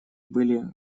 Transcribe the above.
были